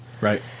Right